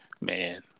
Man